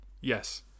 Yes